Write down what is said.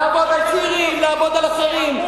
לעבוד על צעירים, לעבוד על אחרים.